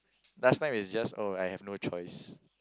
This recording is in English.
last time is just oh I have no choice